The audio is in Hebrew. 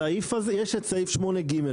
יש את סעיף 8ג,